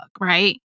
right